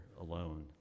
alone